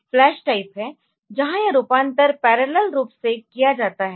flash type है जहां यह रूपांतरण पैरेलल रूप से किया जाता है